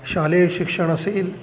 शालेय शिक्षण असेल